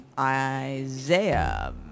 Isaiah